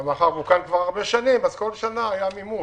מאחר והוא כאן הרבה שנים אז כל שנה היה מימון.